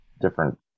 different